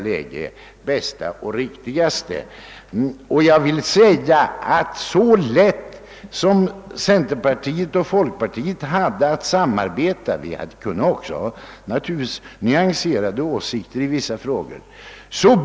Centerpartiet och folkpartiet har haft mycket lätt att samarbeta i dessa frågor. Naturligtvis har det ibland funnits vissa nyansskillnader i våra uppfattningar, men samarbetet har som sagt varit gott.